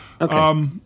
Okay